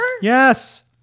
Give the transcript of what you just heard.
Yes